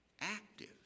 active